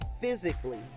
physically